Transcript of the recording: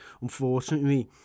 unfortunately